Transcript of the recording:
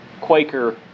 Quaker